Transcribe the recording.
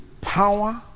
power